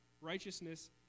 righteousness